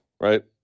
right